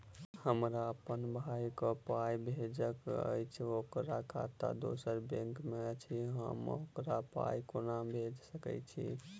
हमरा अप्पन भाई कऽ पाई भेजि कऽ अछि, ओकर खाता दोसर बैंक मे अछि, हम ओकरा पाई कोना भेजि सकय छी?